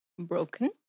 broken